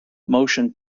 motion